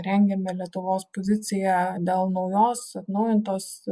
rengėme lietuvos poziciją dėl naujos atnaujintos